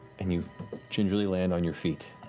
and you gingerly land on your feet.